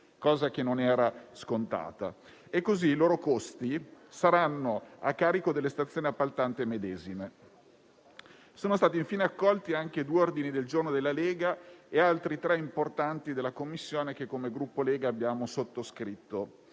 cosa che non era scontata. Così, i loro costi saranno a carico delle stazioni appaltanti medesime. Sono stati infine accolti anche due ordini del giorno della Lega e altri tre importanti della Commissione che, come Gruppo Lega, abbiamo sottoscritto.